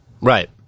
Right